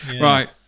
Right